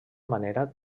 manera